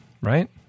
Right